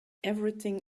everything